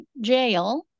jail